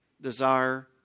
desire